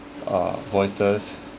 uh voices